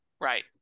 Right